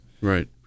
Right